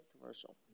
Commercial